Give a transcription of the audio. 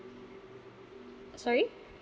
sorry